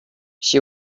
she